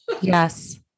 Yes